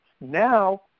Now